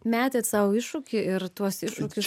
metėt sau iššūkį ir tuos iššūkius